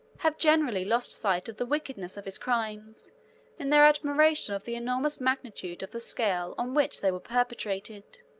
have generally lost sight of the wickedness of his crimes in their admiration of the enormous magnitude of the scale on which they were perpetrated.